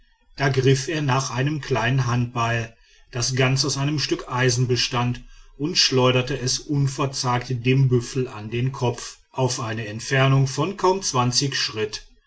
da griff er nach einem kleinen handbeil das ganz aus einem stück eisen bestand und schleuderte es unverzagt dem büffel an den kopf auf eine entfernung von kaum zwanzig schritt